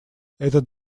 этот